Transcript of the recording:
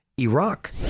Iraq